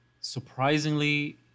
surprisingly